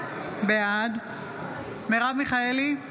בעד מרב מיכאלי,